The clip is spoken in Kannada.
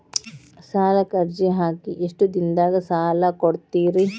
ಸಾಲಕ ಅರ್ಜಿ ಹಾಕಿ ಎಷ್ಟು ದಿನದಾಗ ಸಾಲ ಕೊಡ್ತೇರಿ?